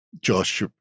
josh